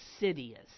insidious